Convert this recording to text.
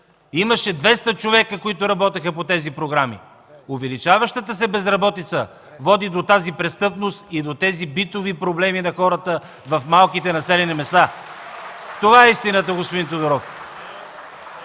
имаше 200 човека, които работеха по тези програми. Увеличаващата се безработица води до тази престъпност и до тези битови проблеми на хората в малките населени места. (Ръкопляскания от ГЕРБ.) Това е истината, господин Тодоров!